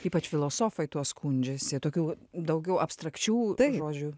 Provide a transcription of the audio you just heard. ypač filosofai tuo skundžiasi tokių daugiau abstrakčių žodžių